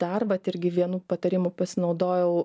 dar vat irgi vienu patarimu pasinaudojau